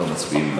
לא.